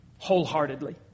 wholeheartedly